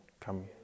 come